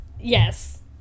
Yes